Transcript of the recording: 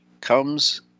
comes